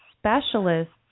specialists